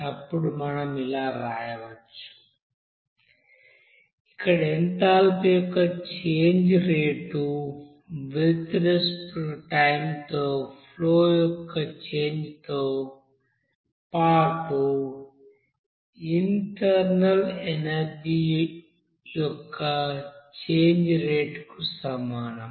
అప్పుడు మనం ఇలా వ్రాయవచ్చు ఇక్కడ ఎథాల్పీ యొక్క change rate respect to time తో ఫ్లో యొక్క చేంజ్ తో పాటు ఇంటర్నల్ ఎనర్జీ యొక్క చేంజ్ రేటుకు సమానం